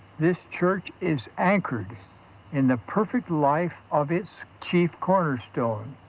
this church is anchored in the perfect life of its chief cornerstone,